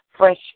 fresh